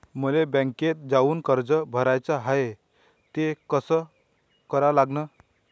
मले बँकेत जाऊन कर्ज भराच हाय त ते कस करा लागन?